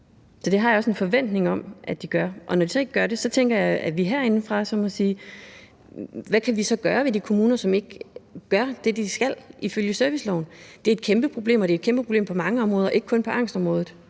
det har jeg også en forventning om at de gør. Når de så ikke gør det, tænker jeg, at vi så herindefra må se, hvad vi kan gøre med de kommuner, som ikke gør det, de skal ifølge serviceloven. Det er et kæmpe problem, og det er et kæmpe problem på mange områder, ikke kun på angstområdet,